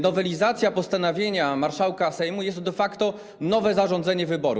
Nowelizacja postanowienia marszałka Sejmu jest to de facto nowe zarządzenie wyborów.